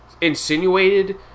insinuated